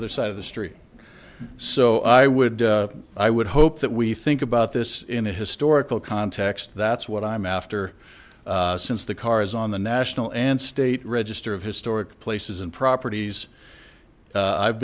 other side of the street so i would i would hope that we think about this in a historical context that's what i'm after since the cars on the national and state register of historic places and properties i've